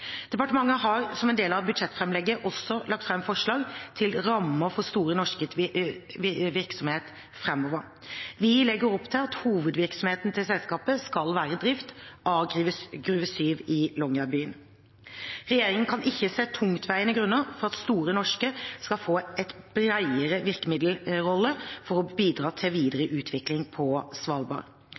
Departementet har som en del av budsjettframlegget også lagt fram forslag til rammer for Store Norskes virksomhet framover. Vi legger opp til at hovedvirksomheten til selskapet skal være drift av Gruve 7 i Longyearbyen. Regjeringen kan ikke se tungtveiende grunner for at Store Norske skal få en bredere virkemiddelrolle for å bidra til videre utvikling på Svalbard.